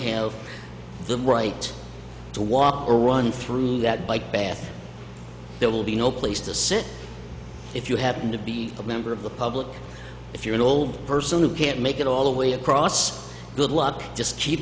have the right to walk or run through that bike path there will be no place to sit if you happen to be a member of the public if you're an old person who can't make it all the way across good luck just keep